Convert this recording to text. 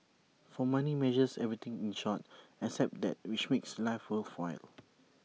for money measures everything in short except that which makes life worthwhile